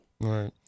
right